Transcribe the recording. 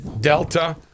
Delta